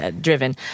driven